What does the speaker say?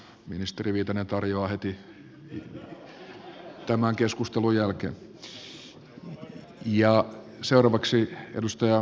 ministeri viitanen tarjoaa kahvilassa heti tämän keskustelun jälkeen